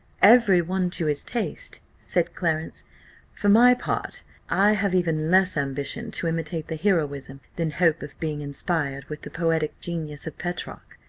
every one to his taste, said clarence for my part i have even less ambition to imitate the heroism than hope of being inspired with the poetic genius of petrarch.